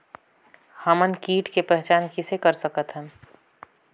हमन मन कीट के पहचान किसे कर सकथन?